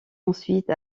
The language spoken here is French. ensuite